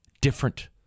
Different